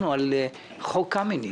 לגבי חוק קמיניץ.